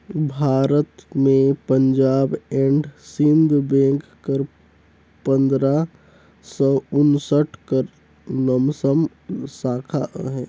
भारत में Punjab and Sind bank कर पंदरा सव उन्सठ कर लमसम साखा अहे